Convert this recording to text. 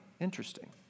Interesting